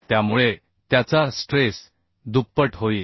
त्यामुळे त्याचा स्ट्रेस दुप्पट होईल